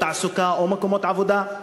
או בתעסוקה או מקומות עבודה.